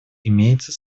имеется